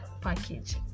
package